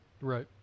Right